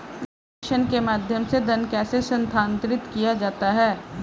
नकद प्रेषण के माध्यम से धन कैसे स्थानांतरित किया जाता है?